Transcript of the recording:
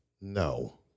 No